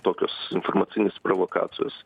tokios informacinės provokacijos